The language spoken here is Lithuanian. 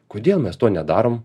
kodėl mes to nedarom